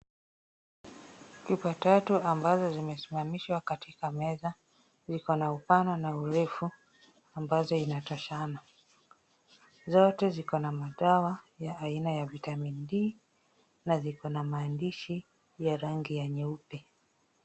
Chupa tatu ambazo zimesimamishwa katika meza, ziko na upana na urefu ambazo inatoshana, zote ziko na madawa aina ya vitamin D na ziko na maandishi ya rangi ya nyeupe.